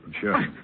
Sure